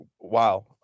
wow